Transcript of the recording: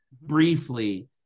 briefly